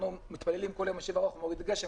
אנחנו מתפללים כל יום "משיב הרוח ומוריד הגשם",